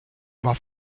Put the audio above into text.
war